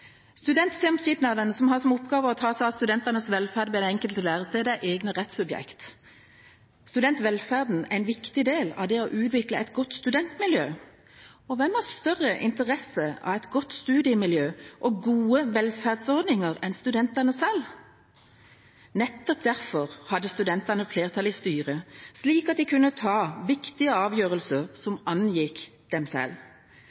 som har som oppgave å ta seg av studentenes velferd ved det enkelte lærestedet, er egne rettssubjekter. Studentvelferden er en viktig del av det å utvikle et godt studentmiljø. Og hvem har større interesse av et godt studiemiljø og gode velferdsordninger enn studentene selv? Nettopp derfor hadde studentene flertall i styret, slik at de kunne ta viktige avgjørelser som angikk dem selv.